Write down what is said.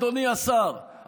אדוני השר,